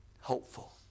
hopeful